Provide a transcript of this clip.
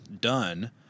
done